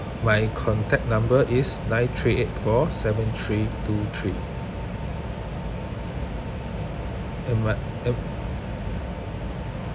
my contact number is nine three eight four seven three two three um my um